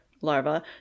larva